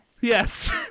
Yes